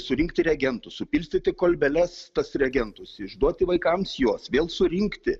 surinkti regentus supilstyt į kolbeles tuos regentus išduoti vaikams juos vėl surinkti